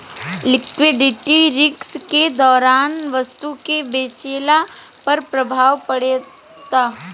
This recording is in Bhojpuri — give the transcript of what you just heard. लिक्विडिटी रिस्क के दौरान वस्तु के बेचला पर प्रभाव पड़ेता